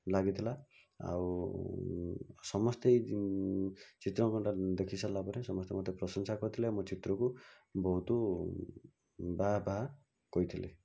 ଲଗିଥିଲା ଆଉ ସମସ୍ତେ ଚିତ୍ରାଙ୍କନଟା ଦେଖିସାରିଲା ପରେ ସମସ୍ତେ ମୋତେ ପ୍ରଶଂସା କରିଥିଲେ ଆଉ ମୋ ଚିତ୍ରକୁ ବହୁତ ବାଃ ବାଃ କହିଥିଲେ